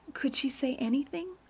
could she say anything?